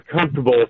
comfortable